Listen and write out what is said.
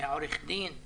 עורך דין,